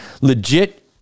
legit